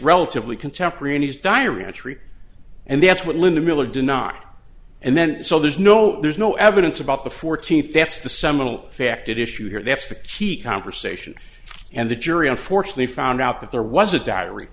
relatively contemporaneous diary entry and that's what linda miller did not and then so there's no there's no evidence about the fourteenth that's the seminal fact issue here that's the key conversation and the jury unfortunately found out that there was a diary